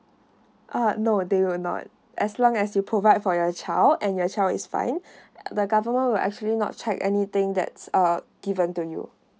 uh no they were not as long as you provide for your child and your child is fine the government will actually not check anything that's um given to you